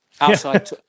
outside